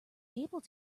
able